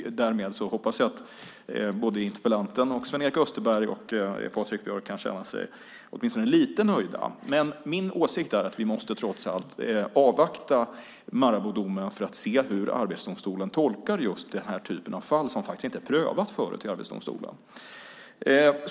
Därmed hoppas jag att interpellanten, Sven-Erik Österberg och Patrik Björck kan känna sig åtminstone lite nöjda. Min åsikt är dock att vi måste avvakta Maraboudomen för att se hur Arbetsdomstolen tolkar denna typ av fall som faktiskt inte prövats där förut.